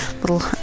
little